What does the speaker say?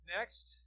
Next